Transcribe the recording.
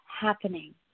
happening